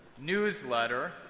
newsletter